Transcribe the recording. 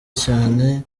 cyane